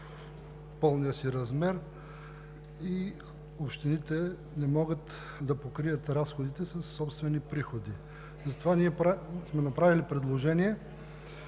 в пълния си размер и общините не могат да покрият разходите със собствени приходи. Затова ние сме направили предложение